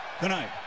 tonight